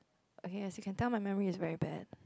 okay as you can tell my memory is very bad